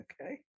okay